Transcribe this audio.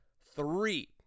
three